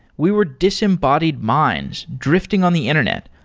we were disembodied minds drifting on the internet,